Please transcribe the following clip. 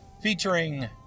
featuring